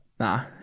Nah